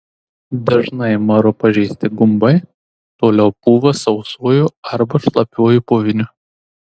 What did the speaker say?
dažnai maru pažeisti gumbai toliau pūva sausuoju arba šlapiuoju puviniu